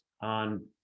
on